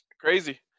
Crazy